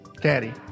Daddy